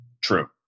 True